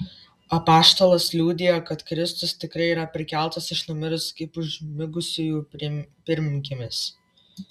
apaštalas liudija kad kristus tikrai yra prikeltas iš numirusių kaip užmigusiųjų pirmgimis